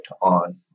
on